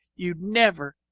you'd never,